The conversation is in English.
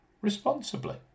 responsibly